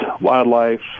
wildlife